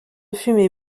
fumée